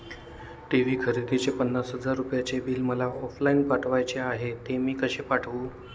TV खरेदीचे पन्नास हजार रुपयांचे बिल मला ऑफलाईन पाठवायचे आहे, ते मी कसे पाठवू?